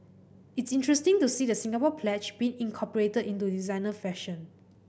it's interesting to see the Singapore Pledge being incorporated into designer fashion